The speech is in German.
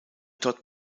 dort